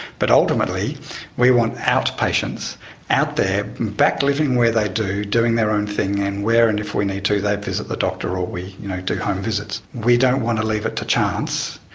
but ultimately we want outpatients out there back living where they do, doing their own thing and where and if they need to they visit the doctor or we do home visits. we don't want to leave it to chance,